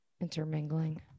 intermingling